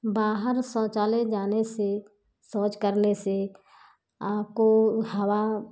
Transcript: बाहर शौचालय जाने से सौच करने से आपको हवा